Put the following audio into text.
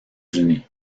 unis